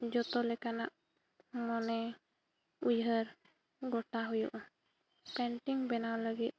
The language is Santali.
ᱡᱚᱛᱚ ᱞᱮᱠᱟᱱᱟᱜ ᱢᱚᱱᱮ ᱩᱭᱦᱟᱹᱨ ᱜᱚᱴᱟ ᱦᱩᱭᱩᱜᱼᱟ ᱯᱮᱱᱴᱤᱝ ᱵᱮᱱᱟᱣ ᱞᱟᱹᱜᱤᱫ